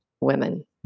women